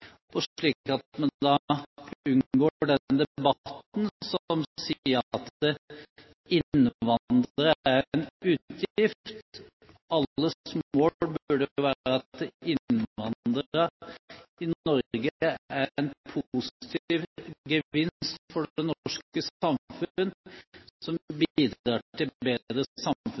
slik at en unngår den debatten som sier at innvandrere er en utgift. Alles mål burde jo være at innvandrere i Norge er en positiv gevinst for det norske samfunn, som bidrar